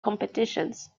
competitions